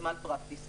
זה בהחלט דורש בירור.